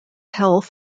health